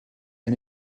and